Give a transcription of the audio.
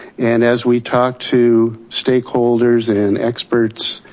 and as we talk to stakeholders and experts,